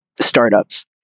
startups